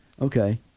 okay